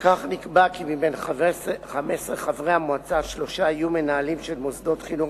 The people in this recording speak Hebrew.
כך נקבע כי מ-15 חברי המועצה שלושה יהיו מנהלים של מוסדות חינוך